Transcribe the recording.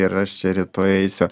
ir aš čia rytoj eisiu